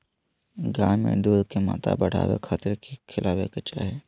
गाय में दूध के मात्रा बढ़ावे खातिर कि खिलावे के चाही?